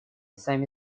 сами